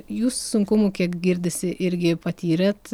jūs sunkumų kiek girdisi irgi patyrėt